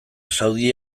saudi